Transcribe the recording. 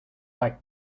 like